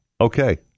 Okay